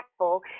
impactful